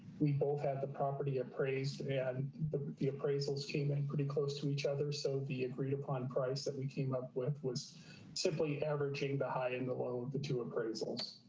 we both had the property appraised and the the appraisals came in pretty close to each other. so the agreed upon price that we came up with was simply averaging behind alone. the two appraisals.